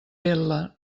vetla